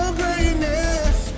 greatness